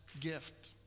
gift